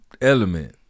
element